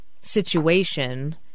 situation